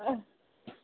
औ